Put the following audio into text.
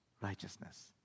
Righteousness